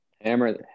Hammer